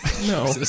No